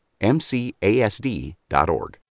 MCASD.org